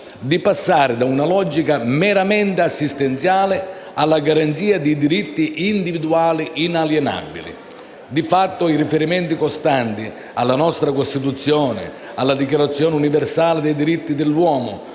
di passare da una logica meramente assistenziale alla garanzia di diritti individuali inalienabili. Di fatto, i riferimenti costanti alla nostra Costituzione, alla Dichiarazione universale dei diritti dell'uomo,